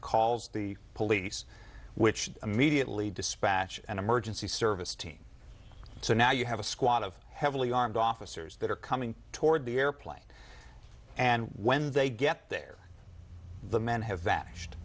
calls the police which immediately dispatch an emergency service team so now you have a squad of heavily armed officers that are coming toward the airplane and when they get there the men have